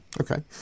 Okay